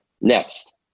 Next